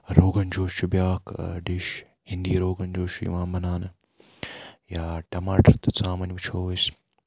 روغَن جوش چھُ بِیاکھ ڈِش ہِنٛدی روغَن جوش چھُ یِوان بَناونہٕ یا ٹَماٹَر تہٕ ژامن وٕچھو أسۍ